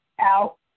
out